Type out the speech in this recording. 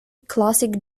classic